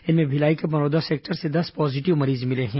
इनमें भिलाई के मरौदा सेक्टर से दस पॉजिटिव मरीज मिले हैं